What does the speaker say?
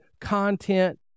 content